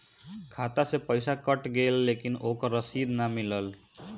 खाता से पइसा कट गेलऽ लेकिन ओकर रशिद न मिलल?